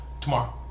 tomorrow